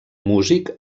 músic